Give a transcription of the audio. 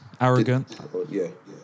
arrogant